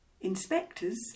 Inspectors